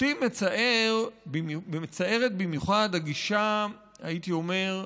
אותי מצערת במיוחד הגישה, הייתי אומר,